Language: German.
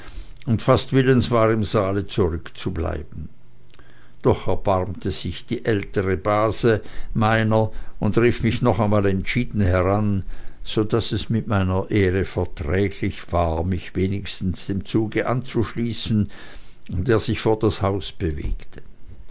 und fast willens war im saale zurückzubleiben doch erbarmte sich die älteste base meiner und rief mich noch einmal entschieden heran so daß es mit meiner ehre verträglich war mich wenigstens dem zuge anzuschließen der sich vor das haus bewegte